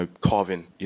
carving